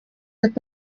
ati